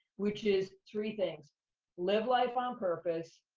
which is three things live life on purpose,